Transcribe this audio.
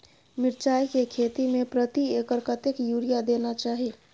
मिर्चाय के खेती में प्रति एकर कतेक यूरिया देना चाही?